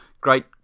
Great